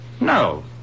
no